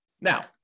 Now